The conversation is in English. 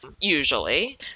usually